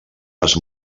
les